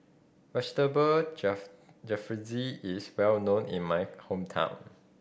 Vegetable Jalfrezi is well known in my hometown